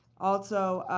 also,